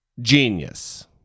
genius